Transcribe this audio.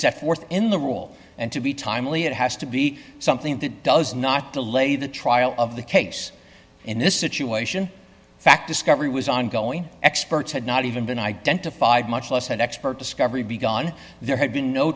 set forth in the rule and to be timely it has to be something that does not to lay the trial of the case in this situation fact discovery was ongoing experts had not even been identified much less had expert discovery be gone there had been no